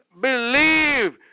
believe